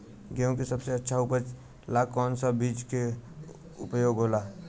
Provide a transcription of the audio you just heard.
गेहूँ के सबसे अच्छा उपज ला कौन सा बिज के उपयोग होला?